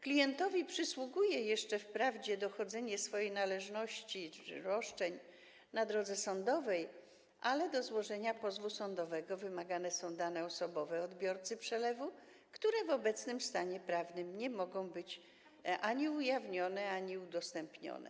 Klientowi przysługuje jeszcze wprawdzie dochodzenie swojej należności czy roszczeń na drodze sądowej, ale do złożenia pozwu sądowego wymagane są dane osobowe odbiorcy przelewu, które w obecnym stanie prawnym nie mogą być ani ujawnione, ani tym bardziej udostępnione.